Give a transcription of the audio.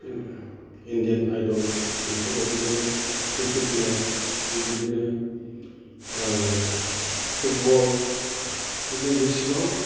Indian idol बेफोर बायदिनो cricket मेट्स बेबादिनो फुटबल बिदिनो बिसिबां